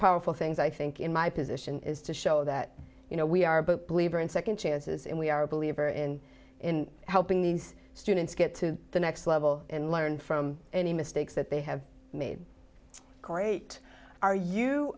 powerful things i think in my position is to show that you know we are both believer in nd chances and we are a believer in in helping these students get to the next level and learn from any mistakes that they have made great are you